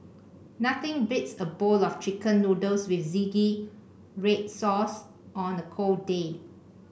nothing beats a bowl of chicken noodles with zingy red sauce on a cold day